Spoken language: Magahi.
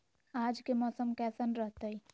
आज के मौसम कैसन रहताई?